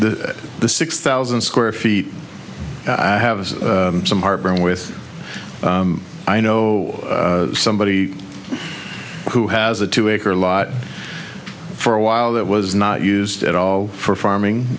that the six thousand square feet have some heartburn with i know somebody who has a two acre lot for a while that was not used at all for farming